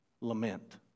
Lament